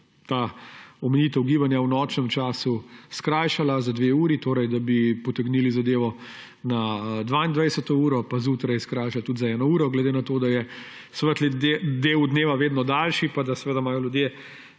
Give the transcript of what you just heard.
se omejitev gibanja v nočnem času skrajšala za dve uri, torej da bi potegnili zadevo na 22. uro in zjutraj tudi skrajšali za eno uro glede na to, da je svetli del dneva vedno daljši pa da imajo ljudje